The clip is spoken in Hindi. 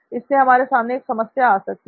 इससे हमारे सामने एक समस्या आ जाती है